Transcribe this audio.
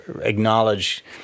acknowledge